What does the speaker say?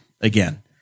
again